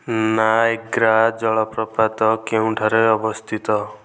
Niagara ଜଳପ୍ରପାତ କେଉଁଠାରେ ଅବସ୍ଥିତ